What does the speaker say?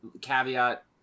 Caveat